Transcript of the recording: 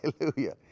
hallelujah